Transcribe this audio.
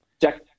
Jack